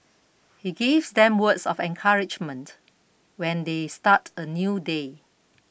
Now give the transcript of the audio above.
he gives them words of encouragement when they start a new day